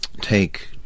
take